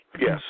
Yes